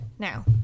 Now